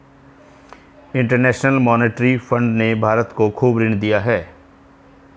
international monetary fund ने भारत को खूब ऋण दिया है